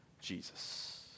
Jesus